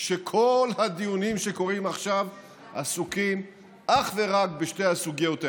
שכל הדיונים שקורים עכשיו עסוקים אך ורק בשתי הסוגיות האלה: